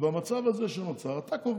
ובמצב הזה שנוצר אתה קובע,